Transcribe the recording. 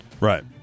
Right